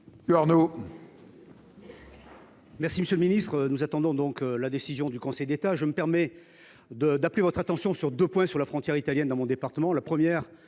monsieur le ministre. Nous attendons donc la décision du Conseil d’État. Je me permets d’appeler votre attention sur deux points relatifs à la frontière avec l’Italie dans mon département.